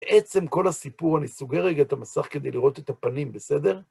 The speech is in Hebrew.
בעצם כל הסיפור, אני סוגר רגע את המסך כדי לראות את הפנים, בסדר?